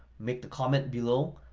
make the comment below,